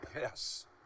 Yes